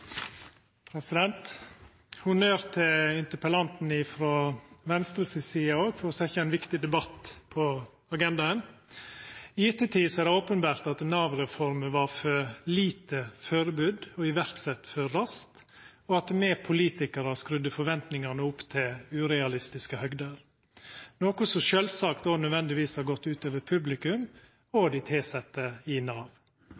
viktig debatt på agendaen. I ettertid er det openbert at Nav-reforma var for lite førebudd og sett i verk for raskt, og at me politikarar skrudde forventningane opp til urealistiske høgder, noko som sjølvsagt òg nødvendigvis har gått ut over publikum og dei tilsette i Nav.